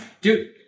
Dude